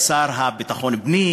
השר לביטחון פנים?